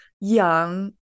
young